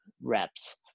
reps